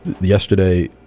yesterday